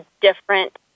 different